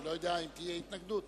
אני לא יודע אם תהיה התנגדות.